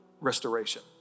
restoration